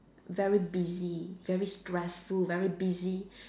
very busy very stressful very busy